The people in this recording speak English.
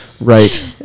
right